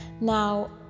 now